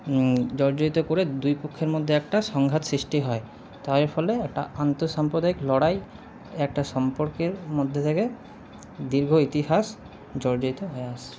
জর্জরিত করে দুই পক্ষের মধ্যে একটা সংঘাত সৃষ্টি হয় তার ফলে একটা আন্ত সাম্প্রদায়িক লড়াই একটা সম্পর্কের মধ্যে থেকে দীর্ঘ ইতিহাস জর্জরিত হয়ে আসছে